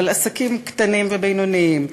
אבל עסקים קטנים ובינוניים,